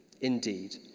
Indeed